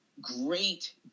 great